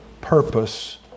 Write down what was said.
purpose